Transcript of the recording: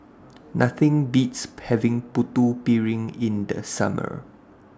Nothing Beats having Putu Piring in The Summer